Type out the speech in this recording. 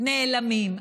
נעלמים.